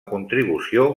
contribució